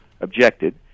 objected